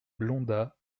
blondats